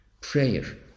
prayer